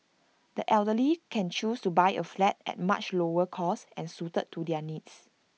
the elderly can choose to buy A flat at much lower cost and suited to their needs